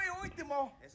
último